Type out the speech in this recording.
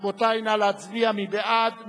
רבותי, נא להצביע, מי בעד?